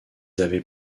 avaient